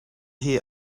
hear